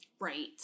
Right